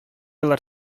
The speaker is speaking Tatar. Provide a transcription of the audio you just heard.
еллар